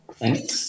thanks